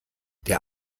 der